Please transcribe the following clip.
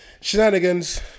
shenanigans